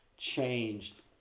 changed